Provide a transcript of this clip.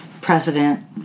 president